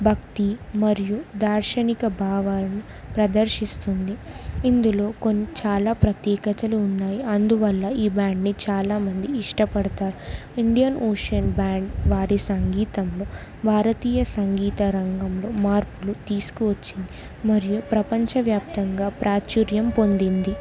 భక్తి మరియు దార్శనిక భావాలను ప్రదర్శిస్తుంది ఇందులో కొన్ని చాలా ప్రత్యేకతలు ఉన్నాయి అందువల్ల ఈ బ్యాండ్ని చాలామంది ఇష్టపడతారు ఇండియన్ ఓషన్ బ్యాండ్ వారి సంగీతంలో భారతీయ సంగీత రంగంలో మార్పులు తీసుకువచ్చింది మరియు ప్రపంచవ్యాప్తంగా ప్రాచుర్యం పొందింది